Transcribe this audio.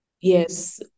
Yes